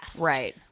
Right